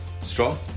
strong